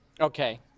Okay